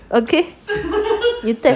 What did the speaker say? okay